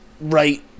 right